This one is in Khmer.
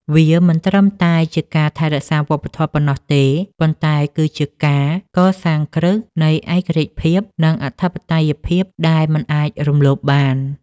វាមិនត្រឹមតែជាការថែរក្សាវប្បធម៌ប៉ុណ្ណោះទេ ប៉ុន្តែគឺជាការកសាងគ្រឹះនៃឯករាជ្យភាព និងអធិបតេយ្យភាពដែលមិនអាចរំលោភបាន។